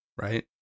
right